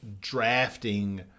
drafting